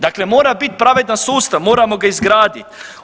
Dakle mora biti pravedan sustav, moramo ga izgraditi.